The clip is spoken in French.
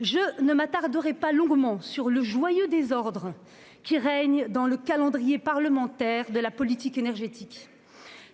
Je ne m'attarderai pas trop longuement sur le joyeux désordre qui règne dans le calendrier parlementaire de la politique énergétique.